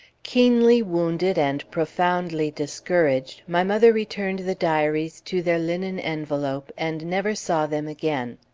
keenly wounded and profoundly discouraged, my mother returned the diaries to their linen envelope, and never saw them again.